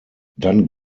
dann